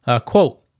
Quote